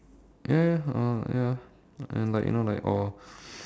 ya ya uh ya and like you know like or